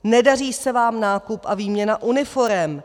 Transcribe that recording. Nedaří se vám nákup a výměna uniforem.